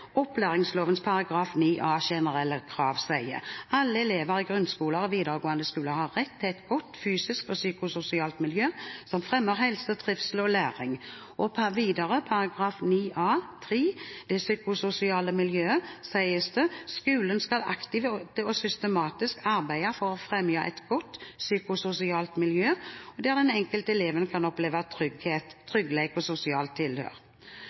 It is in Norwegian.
elevar i grunnskolar og vidaregåande skolar har rett til eit godt fysisk og psykososialt miljø som fremjar helse, trivsel og læring.» Videre står det i § 9 a-3. Det psykososiale miljøet: «Skolen skal aktivt og systematisk arbeide for å fremje eit godt psykososialt miljø, der den enkelte eleven kan oppleve tryggleik og